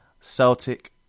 Celtic